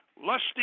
lusty